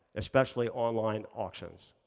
especially online auctions.